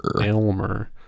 Elmer